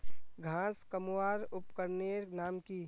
घांस कमवार उपकरनेर नाम की?